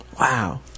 Wow